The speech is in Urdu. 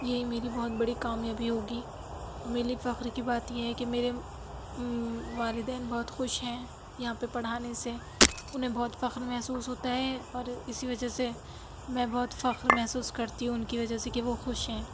یہی میری بہت بڑی کامیابی ہوگی اور میرے لیے فخر کی بات یہ ہے کہ میرے والدین بہت خوش ہیں یہاں پہ پڑھانے سے اُنہیں بہت فخر محسوس ہوتا ہے اور اِسی وجہ سے میں بہت فخر محسوس کرتی ہوں اُن کی وجہ سے کہ وہ خوش ہیں